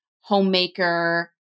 homemaker